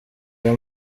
aya